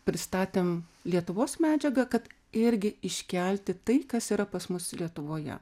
pristatėm lietuvos medžiagą kad irgi iškelti tai kas yra pas mus lietuvoje